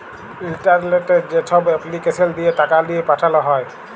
ইলটারলেটে যেছব এপলিকেসল দিঁয়ে টাকা লিঁয়ে পাঠাল হ্যয়